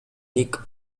nick